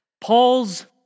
Paul's